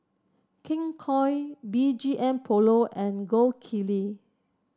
King Koil B G M Polo and Gold Kili